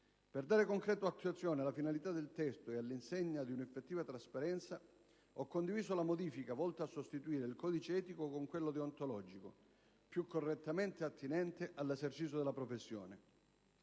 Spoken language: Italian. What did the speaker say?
Per dare concreta attuazione alle finalità del testo e all'insegna di un'effettiva trasparenza, ho condiviso la modifica volta a sostituire il codice etico con quello deontologico, più correttamente attinente all'esercizio della professione.